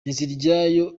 nteziryayo